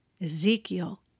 Ezekiel